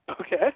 Okay